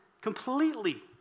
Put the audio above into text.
completely